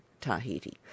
Tahiti